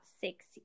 six